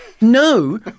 no